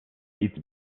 eats